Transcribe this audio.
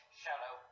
shallow